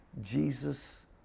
Jesus